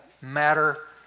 matter